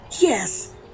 yes